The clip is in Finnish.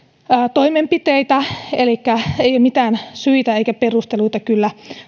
toimenpiteitä elikkä ei ole mitään syitä eikä perusteluita kyllä